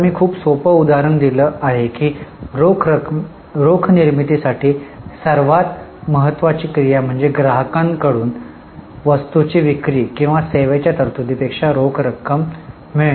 आता मी खूप सोपं उदाहरण दिलं आहे की रोख निर्मितीसाठी सर्वात महत्वाची क्रिया म्हणजे ग्राहकांकडून वस्तूंची विक्री किंवा सेवेच्या तरतूदीपेक्षा रोख रक्कम मिळणे